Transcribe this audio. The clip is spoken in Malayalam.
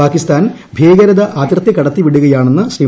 പാകിസ്ഥാൻ ഭീകരതെ അതിർത്തി കടത്തി വിടുകയാണെന്ന് ശ്രീ